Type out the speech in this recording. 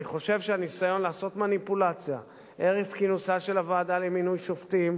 אני חושב שהניסיון לעשות מניפולציה ערב כינוסה של הוועדה למינוי שופטים,